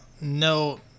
no